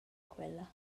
quella